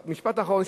משפט אחרון.